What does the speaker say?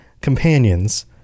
companions